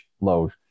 low